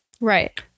Right